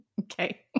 Okay